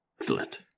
Excellent